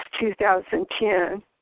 2010